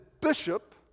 bishop